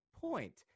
point